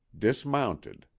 dismounted,